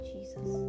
Jesus